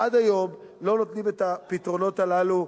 עד היום לא נותנים את הפתרונות הללו,